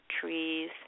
trees